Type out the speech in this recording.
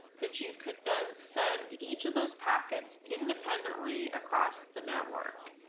that you could then send each of those packets independently across the network.